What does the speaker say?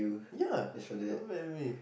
ya y'all look at me